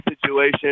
situation